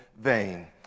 vain